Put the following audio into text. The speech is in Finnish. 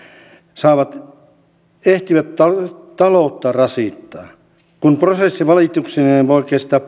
saavat ehtivät taloutta rasittaa kun prosessi valituksineen voi kestää